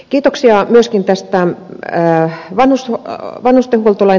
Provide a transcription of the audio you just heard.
kiitoksia myöskin tästä vanhustenhuoltolain tukemisesta